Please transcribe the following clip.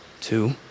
Two